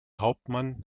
hauptmann